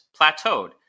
plateaued